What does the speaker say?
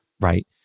right